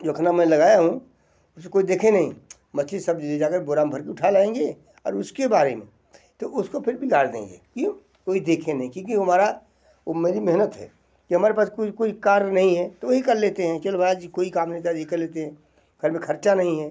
अखना मैं लगाया हूँ उसे कोई देखे नहीं मछली सब ले जाकर बोरा में भर के उठा लाएंगे और उसके बारे में तो उसको फिर भी गाड़ देंगे क्यों कोई देखे नहीं क्योंकि वो हमारा वो मेरी मेहनत है कि हमारे पास कोई कोई कार्य नहीं है तो वही कर लेते हैं चलो भाई आज कोई काम नहीं था आज यही कर लेते हैं कल में खर्चा नहीं है